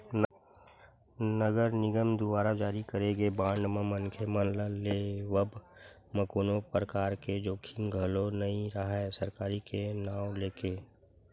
नगर निगम दुवारा जारी करे गे बांड म मनखे मन ल लेवब म कोनो परकार के जोखिम घलो नइ राहय सरकारी के नांव लेके